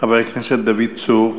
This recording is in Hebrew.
חבר הכנסת דוד צור.